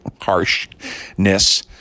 harshness